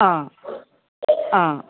অ' অ'